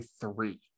three